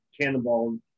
cannonball